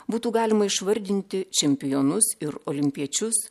būtų galima išvardinti čempionus ir olimpiečius